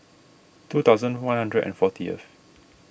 two thousand one hundred and fortieth